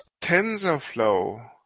TensorFlow